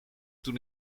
toen